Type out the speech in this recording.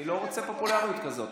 אני לא רוצה פופולריות כזאת.